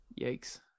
Yikes